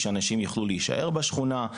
שאנשים יוכלו להישאר בשכונה.